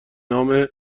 نام